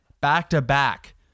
back-to-back